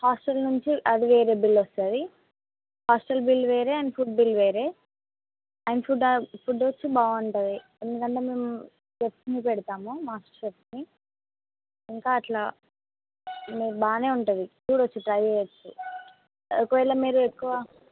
hostel నుంచి అది వేరే బిల్ వస్తుంది హాస్టల్ బిల్ వేరే అండ్ ఫుడ్ బిల్ వేరే అండ్ ఫుడ్ ఫుడ్ వచ్చి బాగుంటుంది ఎందుకంటే మేము చెఫ్ని పెడతాము మాస్టర్ చెఫ్ని ఇంకా అట్లా మీరు బాగానే ఉంటుంది ఫుడ్ వచ్చి ట్రై చేయొచ్చు ఒకవేళ మీరు ఎక్కువ